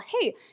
hey